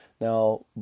Now